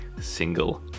single